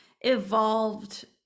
evolved